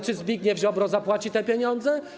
Czy Zbigniew Ziobro zapłaci te pieniądze?